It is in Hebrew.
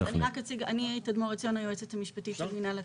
אני היועצת המשפטית של מינהל התכנון.